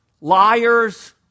liars